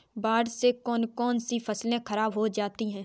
बाढ़ से कौन कौन सी फसल खराब हो जाती है?